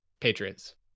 patriots